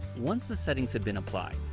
once the settings have been applied,